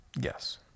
Yes